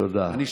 תודה.